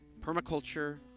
Permaculture